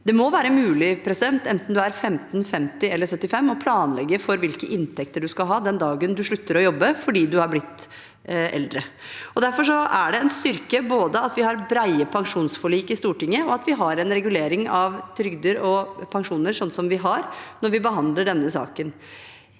Det må være mulig, enten du er 15, 50 eller 75 år, å planlegge for hvilke inntekter du skal ha den dagen du slutter å jobbe fordi du er blitt eldre. Derfor er det en styrke både at vi har brede pensjonsforlik i Stortinget, og at vi har en regulering av trygder og pensjoner sånn som vi har, når vi behandler denne saken.